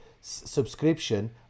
subscription